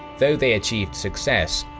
though they achieved success,